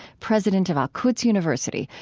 president of al-quds university,